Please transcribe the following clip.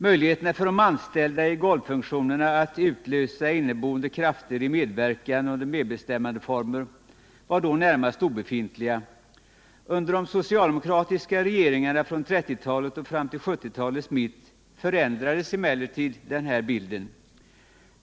Möjligheterna för de anställda i ”golvfunktionerna” att utlösa inneboende krafter i medverkan under medbestämmandeformer var då närmast obefintliga. Under de socialdemokratiska regeringarna från 1930-talet och fram till 1970-talets mitt förändrades emellertid denna bild.